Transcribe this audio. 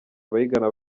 abayigana